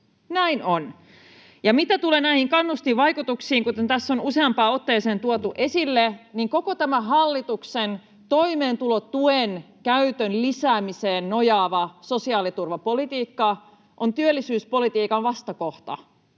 Näin on. Ja mitä tulee näihin kannustinvaikutuksiin, niin kuten tässä on useampaan otteeseen tuotu esille, koko tämä hallituksen toimeentulotuen käytön lisäämiseen nojaava sosiaaliturvapolitiikka on työllisyyspolitiikan vastakohta,